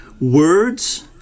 words